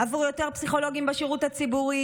עבור יותר פסיכולוגים בשירות הציבורי,